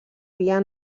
via